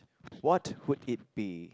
what would it be